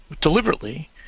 deliberately